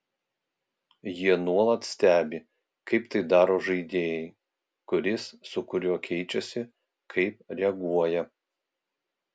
jie nuolat stebi kaip tai daro žaidėjai kuris su kuriuo keičiasi kaip reaguoja